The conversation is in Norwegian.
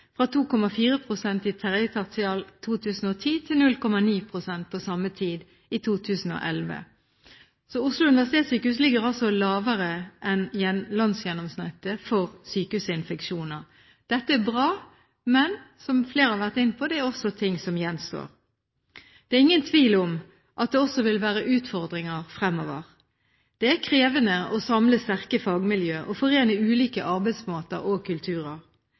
fra 2,4 pst. i 3. tertial 2010 til 0,9 pst. på samme tid i 2011. Så Oslo universitetssykehus ligger altså lavere enn landsgjennomsnittet for sykehusinfeksjoner. Dette er bra, men – som flere har vært inne på – det er også ting som gjenstår. Det er ingen tvil om at det også vil være utfordringer fremover. Det er krevende å samle sterke fagmiljøer og forene ulike arbeidsmåter og kulturer.